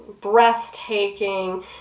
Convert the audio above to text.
breathtaking